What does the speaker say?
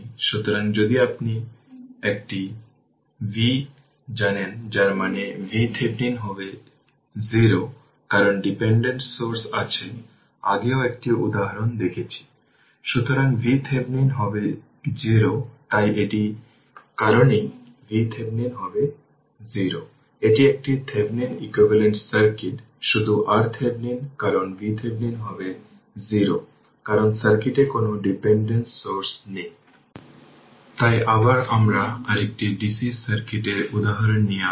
সুতরাং সেক্ষেত্রে এটি হবে 10 ix 10 ix 30 ভোল্ট 32 ভোল্ট কারণ 10 ix 30 ভোল্ট টার্মিনাল প্রথম মুখোমুখি হচ্ছে সরাসরি লিখছে যে 32 এবং এই 08 অ্যাম্পিয়ার এই কারেন্ট এর মধ্য দিয়ে প্রবাহিত হচ্ছে যাকে 40 08 বলে